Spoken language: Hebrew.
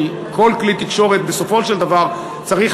כי כל כלי תקשורת בסופו של דבר צריך